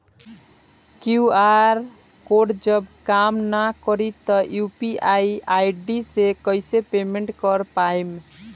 QR code जब काम ना करी त यू.पी.आई आई.डी से कइसे पेमेंट कर पाएम?